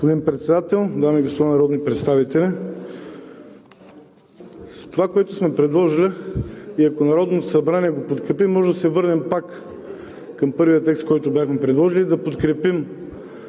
Председател, дами и господа народни представители! С това, което сме предложили, и ако Народното събрание го подкрепи, може да се върнем пак към първия текст – да подкрепим